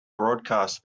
broadcast